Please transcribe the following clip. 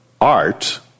Art